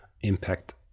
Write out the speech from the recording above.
impact